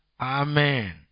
Amen